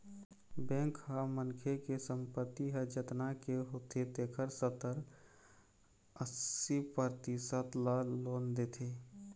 bank ह मनखे के संपत्ति ह जतना के होथे तेखर सत्तर, अस्सी परतिसत ल लोन देथे